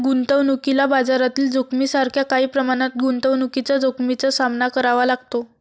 गुंतवणुकीला बाजारातील जोखमीसारख्या काही प्रमाणात गुंतवणुकीच्या जोखमीचा सामना करावा लागतो